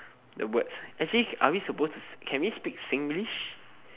the words actually are we supposed to can we speak Singlish